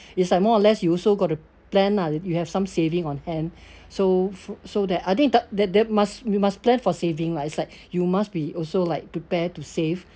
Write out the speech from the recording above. it's like more or less you also got to plan lah that you have some saving on hand so for so that I think that there there must we must plan for saving lah it's like you must be also like prepare to save